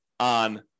on